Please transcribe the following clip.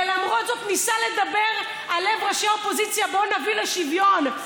ולמרות זאת ניסה לדבר על לב ראשי האופוזיציה: בואו נביא לשוויון.